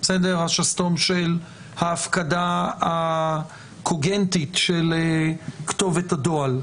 השסתום של ההפקדה הקוגנטית של כתובת הדוא"ל,